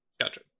Gotcha